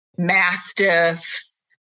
Mastiffs